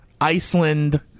Iceland